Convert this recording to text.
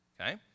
Okay